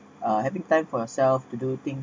uh having time for yourself to do things